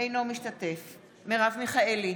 אינו משתתף בהצבעה מרב מיכאלי,